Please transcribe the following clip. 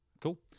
Cool